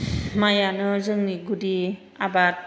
माइआनो जोंनि गुदि आबाद